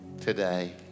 today